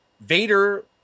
Vader